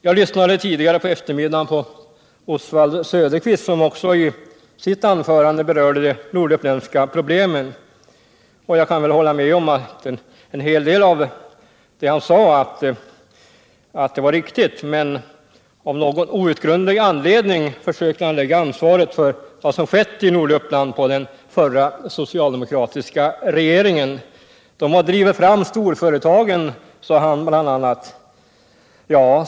Jag lyssnade tidigare på eftermiddagen på Oswald Söderqvist, som också i sitt anförande berörde de norduppländska problemen, och jag kan väl hålla med om att en hel del av vad han sade är riktigt. Men av någon outgrundlig anledning försökte han att lägga ansvaret för vad som skett i Norduppland på den förra socialdemokratiska regeringen. De har drivit fram storföretagen, sade han bl.a.